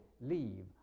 leave